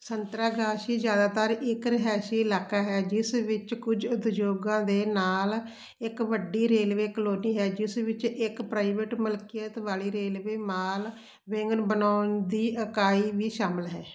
ਸੰਤਰਾਗਾਛੀ ਜ਼ਿਆਦਾਤਰ ਇੱਕ ਰਿਹਾਇਸ਼ੀ ਇਲਾਕਾ ਹੈ ਜਿਸ ਵਿੱਚ ਕੁਝ ਉਦਯੋਗਾਂ ਦੇ ਨਾਲ ਇੱਕ ਵੱਡੀ ਰੇਲਵੇ ਕਾਲੋਨੀ ਹੈ ਜਿਸ ਵਿੱਚ ਇੱਕ ਪ੍ਰਾਈਵੇਟ ਮਲਕੀਅਤ ਵਾਲੀ ਰੇਲਵੇ ਮਾਲ ਵੈਂਗਨ ਬਣਾਉਣ ਦੀ ਇਕਾਈ ਵੀ ਸ਼ਾਮਲ ਹੈ